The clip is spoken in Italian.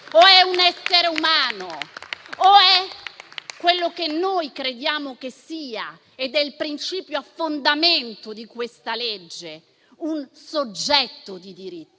O è un essere umano, o è quello che noi crediamo che sia - ed è il principio a fondamento di questa norma - ossia un soggetto di diritti.